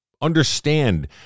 understand